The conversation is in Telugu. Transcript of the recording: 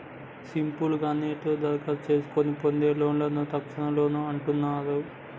సింపుల్ గా ఆన్లైన్లోనే దరఖాస్తు చేసుకొని పొందే లోన్లను తక్షణలోన్లు అంటున్నరు